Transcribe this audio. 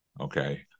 Okay